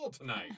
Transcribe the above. tonight